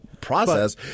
process